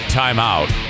timeout